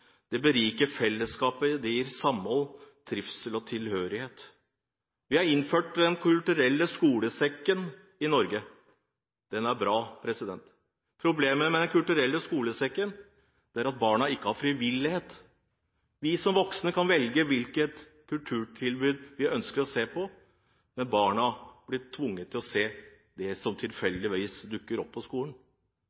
Dette beriker fellesskapet, det gir samhold, trivsel og tilhørighet. Vi har innført Den kulturelle skolesekken i Norge. Den er bra. Problemet med Den kulturelle skolesekken er at den for barna ikke er frivillig. Vi som voksne kan velge hvilket kulturtilbud vi ønsker å se på, men barna blir tvunget til å se det som